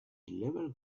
level